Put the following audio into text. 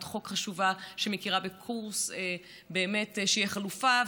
חוק חשובה שמכירה בקורס שיהיה חלופה.